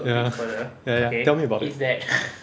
ya ya ya tell me about that